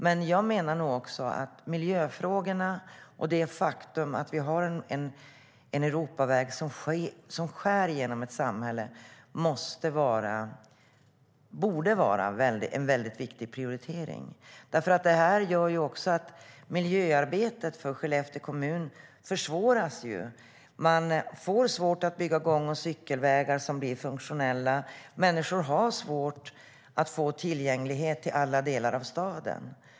Men jag menar att miljöfrågorna och det faktum att vi har en Europaväg som skär genom ett samhälle borde vara en viktig prioritering. Det här gör också att miljöarbetet försvåras för Skellefteå kommun. Man får svårt att bygga gång och cykelvägar som blir funktionella. Människor har svårt att få tillgänglighet till alla delar av staden.